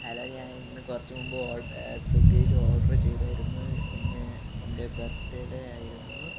hello ഞാൻ ഇന്ന് കുറച്ച് മുൻപ് സ്വിഗ്ഗിയിൽ ഓഡറ് ചെയ്തായിരുന്നു ഇന്ന് എൻ്റെ ബർത്ത് ഡേ ആയിരുന്നു